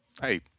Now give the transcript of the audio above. Hey